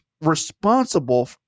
responsible